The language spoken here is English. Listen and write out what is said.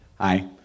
Hi